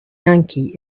yankee